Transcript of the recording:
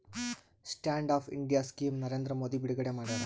stand up India scheme Narendra Modi ಬಿಡುಗಡೆ ಮಾಡ್ಯಾರ